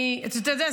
אתה יודע,